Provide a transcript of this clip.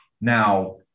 Now